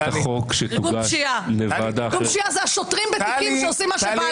ארגון פשיעה זה השוטרים בתיקים שעושים מה שבא